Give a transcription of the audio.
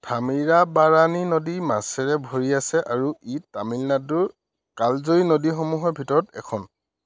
থামিৰাবাৰানী নদী মাছেৰে ভৰি আছে আৰু ই তামিলনাডুৰ কালজয়ী নদীসমূহৰ ভিতৰত এখন